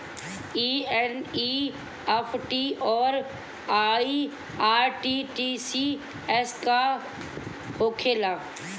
ई एन.ई.एफ.टी और आर.टी.जी.एस का होखे ला?